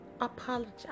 apologize